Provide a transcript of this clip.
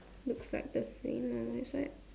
looks like the same on my side